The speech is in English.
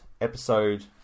episode